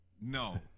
No